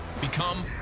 become